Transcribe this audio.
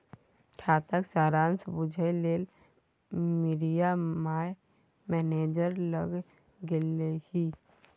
खाताक सारांश बुझय लेल मिरिया माय मैनेजर लग गेलीह